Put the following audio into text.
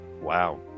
Wow